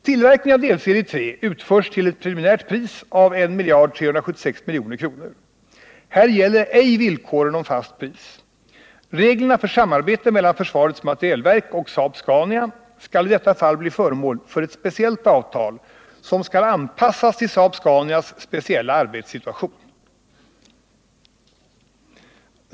Tillverkning av delserie 3 utförs till ett preliminärt pris av 1 376 milj.kr. Här gäller ej villkoren om fast pris. Reglerna för samarbete mellan försvarets materielverk och Saab-Scania skall i detta fall blir föremål för ett speciellt avtal som skall anpassas till Saab-Scanias speciella arbetssituation.